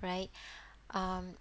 right um